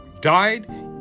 died